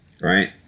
right